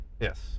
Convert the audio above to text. Yes